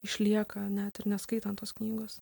išlieka net ir neskaitant tos knygos